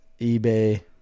eBay